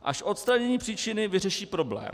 Až odstranění příčiny vyřeší problém.